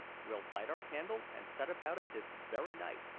we'll light our candle and set about it this very night.